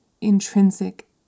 intrinsic